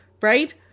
right